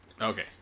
Okay